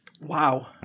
Wow